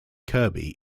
kirby